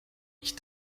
ich